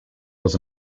was